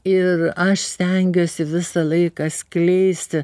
ir aš stengiuosi visą laiką skleisti